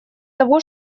того